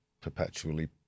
perpetually